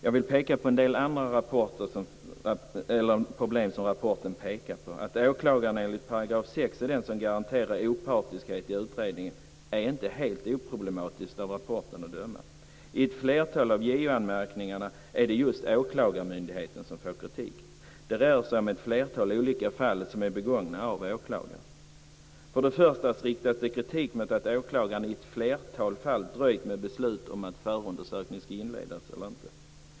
Jag vill ta upp ett par andra problem som rapporten pekar på. Enligt 6 § är det åklagaren som garanterar opartiskhet i utredningen. Av rapporten att döma är det inte oproblematiskt. I ett flertal av JO-anmärkningarna är det just åklagarmyndigheten som får kritik. Det rör sig om ett flertal fall begångna av åklagaren. För det första riktas det kritik mot att åklagaren i ett flertal fall dröjt med beslut om huruvida förundersökning skall inledas eller inte.